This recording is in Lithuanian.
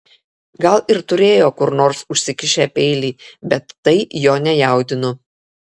gal ir turėjo kur nors užsikišę peilį bet tai jo nejaudino